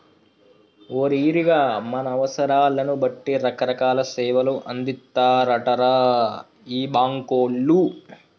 ఓరి ఈరిగా మన అవసరాలను బట్టి రకరకాల సేవలు అందిత్తారటరా ఈ బాంకోళ్లు